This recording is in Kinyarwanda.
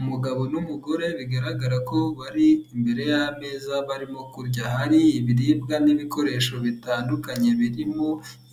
Umugabo n'umugore bigaragara ko bari imbere y'ameza barimo kurya. Hari ibiribwa n'ibikoresho bitandukanye birimo: